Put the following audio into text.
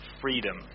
freedom